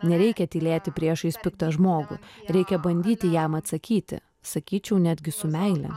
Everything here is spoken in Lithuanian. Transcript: nereikia tylėti priešais piktą žmogų reikia bandyti jam atsakyti sakyčiau netgi su meile